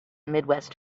midwest